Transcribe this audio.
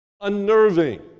Unnerving